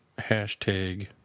hashtag